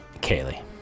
Kaylee